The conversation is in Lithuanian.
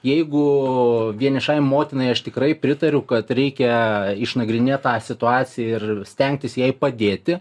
jeigu vienišai motinai aš tikrai pritariu kad reikia išnagrinėt tą situaciją ir stengtis jai padėti